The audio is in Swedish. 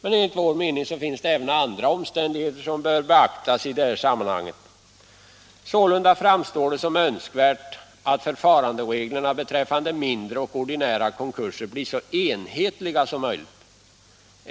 Enligt vår mening finns det även andra omständigheter som bör beaktas i detta sammanhang. Sålunda framstår det som önskvärt att förfarandereglerna beträffande mindre och ordinära konkurser blir så enhetliga som möjligt.